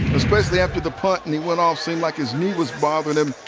especially after the punt, and he went off, seemed like his knee was bothering him.